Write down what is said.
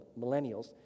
millennials